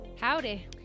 Howdy